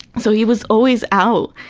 so he was always out.